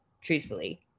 truthfully